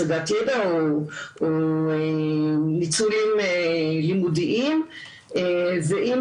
השגת ידע או ניצול לצורך לימודים ואם